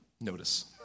notice